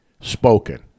spoken